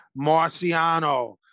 Marciano